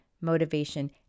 motivation